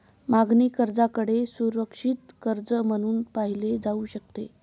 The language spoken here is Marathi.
मागणी कर्जाकडे सुरक्षित कर्ज म्हणून पाहिले जाऊ शकते